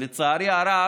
לצערי הרב,